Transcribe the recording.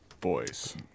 boys